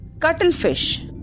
Cuttlefish